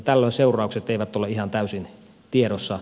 tällöin seuraukset eivät ole ihan täysin tiedossa